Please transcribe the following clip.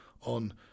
on